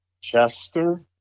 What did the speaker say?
Chester